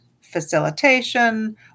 facilitation